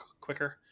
quicker